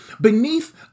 beneath